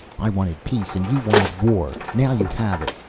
i wanted peace and you wanted war. now you have it.